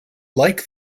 like